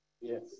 Yes